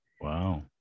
Wow